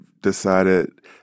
decided